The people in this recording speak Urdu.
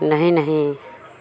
نہیں نہیں